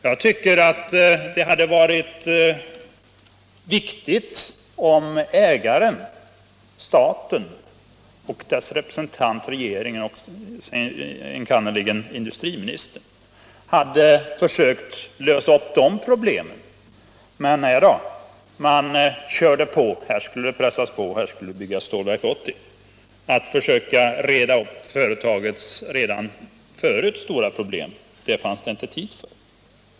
Jag tycker att det hade varit angeläget att ägaren-staten och dess representant i regeringen, enkannerligen industriministern, hade försökt lösa de här problemen. Men här skulle det pressas på, här skulle det byggas Stålverk 80. Att försöka reda ut företagets redan förut stora problem fanns det inte tid för.